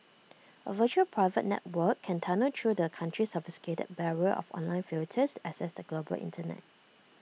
A virtual private network can tunnel through the country's sophisticated barrier of online filters access the global Internet